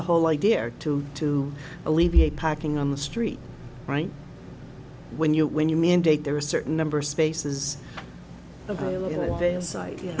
a whole idea or two to alleviate packing on the street right when you when you mandate there are certain number of spaces